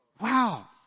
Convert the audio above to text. Wow